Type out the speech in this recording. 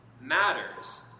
matters